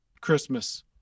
Christmas